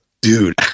Dude